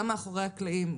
גם מאחורי הקלעים,